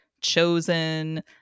chosen